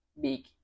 big